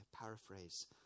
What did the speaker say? paraphrase